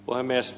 puhemies